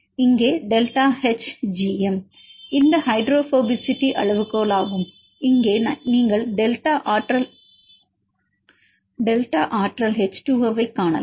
இங்கே இது delta H GM இந்த ஹைட்ரோபோபசிட்டி அளவுகோலாகும் இங்கே நீங்கள் டெல்டா ஆற்றல் H2O ஓவைக் காணலாம்